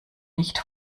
nicht